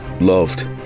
loved